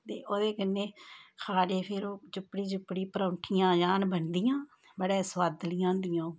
ते ओह्दे कन्ने खाने फिर ओह् चुप्पड़ी चुप्पड़ी परोंठियां जान बनदियां बड़ियां सोआदलियां होंदियां ओह्